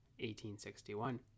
1861